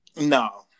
No